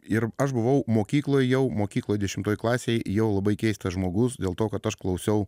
ir aš buvau mokykloje jau mokykloj dešimtoj klasėj jau labai keistas žmogus dėl to kad aš klausiau